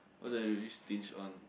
what do you use tinge one